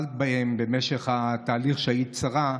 שטיפלת בהם במשך התהליך שהיית שרה.